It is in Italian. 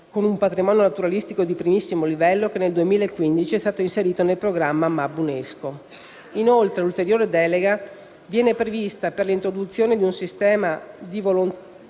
con un patrimonio naturalistico di primissimo livello, che nel 2015 è stato inserito nel programma MAB UNESCO. Inoltre, ulteriore delega viene prevista per l'introduzione di un sistema di volontariato